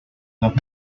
dos